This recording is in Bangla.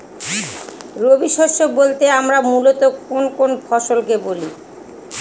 রবি শস্য বলতে আমরা মূলত কোন কোন ফসল কে বলি?